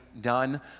done